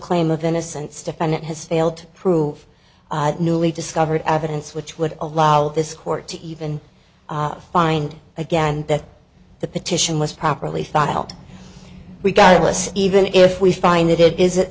claim of innocence defendant has failed to prove newly discovered evidence which would allow this court to even find again that the petition was properly filed we got a list even if we find that it is